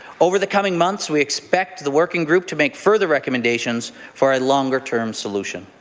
over the coming months, we expect the working group to make further recommendations for a longer-term solution.